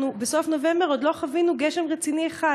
אנחנו כבר בסוף נובמבר ועוד לא חווינו גשם רציני אחד.